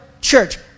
church